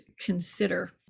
consider